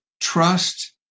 trust